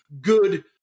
good